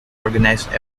organized